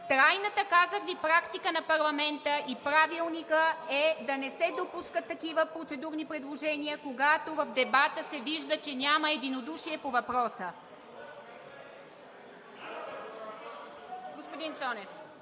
Трайната, казах Ви, практика на парламента и Правилника е да не се допускат такива процедурни предложения, когато от дебата се вижда, че няма единодушие по въпроса. (Народни